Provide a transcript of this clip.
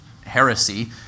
heresy